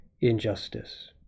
injustice